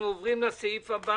הישיבה נעולה.